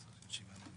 7 מיליון